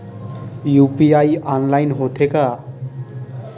UPI online होथे का?